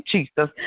Jesus